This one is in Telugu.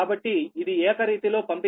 కాబట్టి ఇది ఏకరీతిలో పంపిణీ చేయబడుతుంది